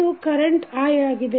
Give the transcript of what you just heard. ಇದು current i ಆಗಿದೆ